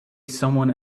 someone